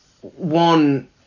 one